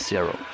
Zero